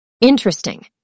Interesting